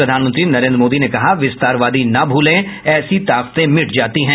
प्रधानमंत्री नरेंद्र मोदी ने कहा विस्तारवादी न भूलें ऐसी ताकतें मिट जाती हैं